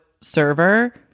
server